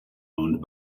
owned